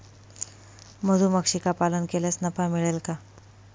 मधुमक्षिका पालन केल्यास नफा मिळेल का?